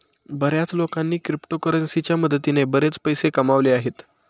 बर्याच लोकांनी क्रिप्टोकरन्सीच्या मदतीने बरेच पैसे कमावले आहेत